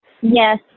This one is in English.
Yes